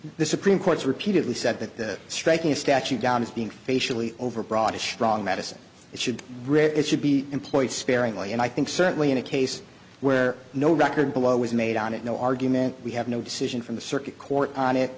the supreme court's repeatedly said that striking a statue down is being facially overbroad a strong medicine it should read it should be employed sparingly and i think certainly in a case where no record below is made on it no argument we have no decision from the circuit court on it